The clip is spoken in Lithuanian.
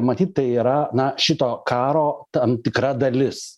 matyt tai yra na šito karo tam tikra dalis